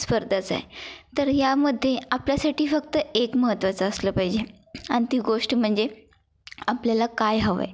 स्पर्धाच आहे तर यामध्ये आपल्यासाठी फक्त एक महत्त्वाचं असलं पाहिजे आणि ती गोष्ट म्हणजे आपल्याला काय हवं आहे